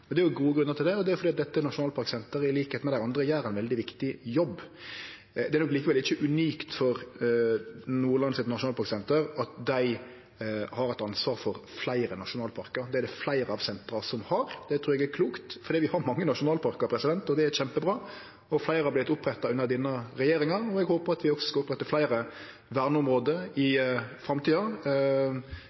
Og det er gode grunnar til det. Det er fordi dette nasjonalparksenteret, på same måte som andre senter, gjer ein veldig viktig jobb. Det er heller ikkje unikt for Nordland nasjonalparksenter at dei har eit ansvar for fleire nasjonalparkar. Det er det fleire av sentera som har, og det trur eg er klokt, for vi har mange nasjonalparkar, og det er kjempebra. Fleire av dei er oppretta under denne regjeringa, og eg håper at vi skal opprette fleire verneområde i framtida.